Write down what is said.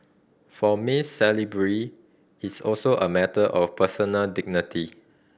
for Miss Salisbury it's also a matter of personal dignity